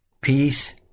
Peace